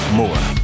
more